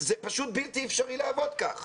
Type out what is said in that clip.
פשוט בלתי אפשרי לעבוד כך.